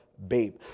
babe